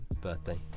Birthday